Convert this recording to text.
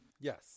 Yes